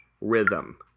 rhythm